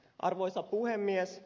arvoisa puhemies